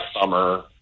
summer